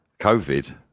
COVID